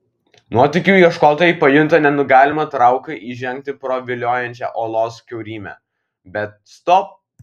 nuotykių ieškotojai pajunta nenugalimą trauką įžengti pro viliojančią olos kiaurymę bet stop